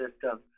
system